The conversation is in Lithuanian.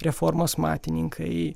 reformos matininkai